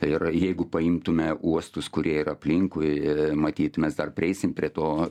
ir jeigu paimtume uostus kurie yra aplinkui matyt mes dar prieisim prie to